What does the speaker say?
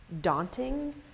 daunting